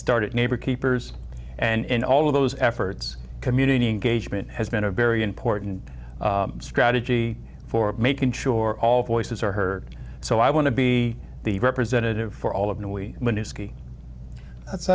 started neighbor keepers and all of those efforts community engagement has been a very important strategy for making sure all voices are heard so i want to be the representative for all of new